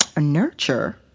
nurture